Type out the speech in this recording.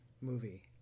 movie